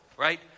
Right